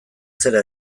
zera